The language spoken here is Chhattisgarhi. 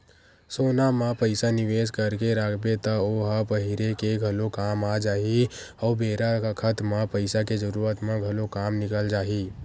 सोना म पइसा निवेस करके राखबे त ओ ह पहिरे के घलो काम आ जाही अउ बेरा बखत म पइसा के जरूरत म घलो काम निकल जाही